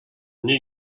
knew